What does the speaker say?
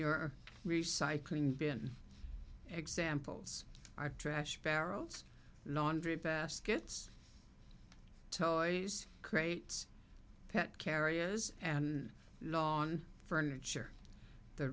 your recycling bin examples are trash barrels laundry baskets toys crates pet carrier is an lawn furniture the